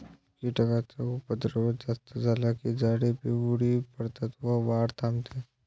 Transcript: कीटकांचा उपद्रव जास्त झाला की झाडे पिवळी पडतात व वाढ थांबते